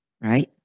Right